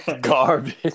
garbage